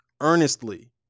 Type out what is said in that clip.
earnestly